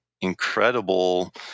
incredible